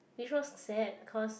which was sad cause